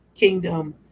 kingdom